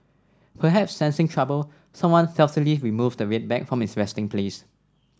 perhaps sensing trouble someone stealthily removes the red bag from its resting place